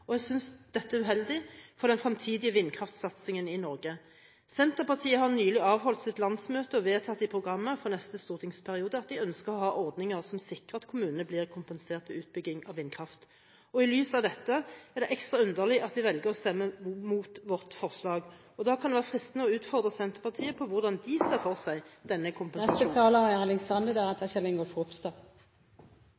og jeg synes dette er uheldig for den fremtidige vindkraftsatsingen i Norge. Senterpartiet har nylig avholdt sitt landsmøte. I programmet for neste stortingsperiode har de vedtatt at de ønsker ordninger som sikrer at kommunene blir kompensert ved utbygging av vindkraft. I lys av dette er det ekstra underlig at de velger å stemme mot vårt forslag. Da kan det være fristende å utfordre Senterpartiet på hvordan de ser for seg denne